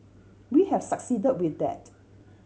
we have succeeded with that